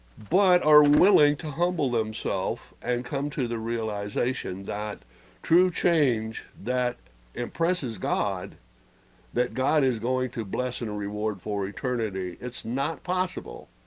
but are willing to humble themselves and come to the realization that true change that impresses god that god is going to bless in a reward for eternity it's not possible